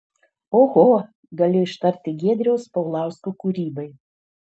oho galiu ištarti giedriaus paulausko kūrybai